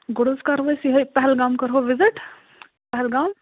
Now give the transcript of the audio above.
گۄڈٕ حظ کَرو أسۍ یِہَے پہلگام کَرٕہَو وِزِٹ پہلگام